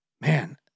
Man